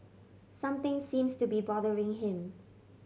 something seems to be bothering him